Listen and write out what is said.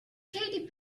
katy